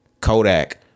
Kodak